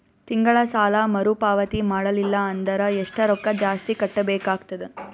ತಿಂಗಳ ಸಾಲಾ ಮರು ಪಾವತಿ ಮಾಡಲಿಲ್ಲ ಅಂದರ ಎಷ್ಟ ರೊಕ್ಕ ಜಾಸ್ತಿ ಕಟ್ಟಬೇಕಾಗತದ?